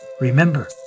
remember